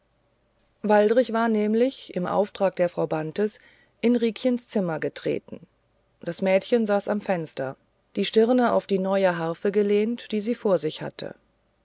waldrich war nämlich im auftrag der frau bantes in riekchens zimmer getreten das mädchen saß am fenster die stirn auf die neue harfe gelehnt die sie vor sich hatte